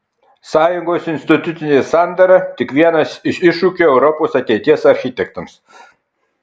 sąjungos institucinė sandara tik vienas iš iššūkių europos ateities architektams